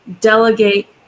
Delegate